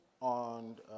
On